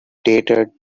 stated